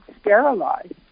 sterilized